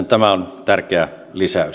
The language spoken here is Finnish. tämä on tärkeä lisäys